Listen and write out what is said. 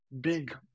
big